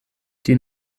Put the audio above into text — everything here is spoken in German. die